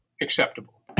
acceptable